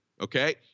Okay